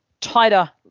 tighter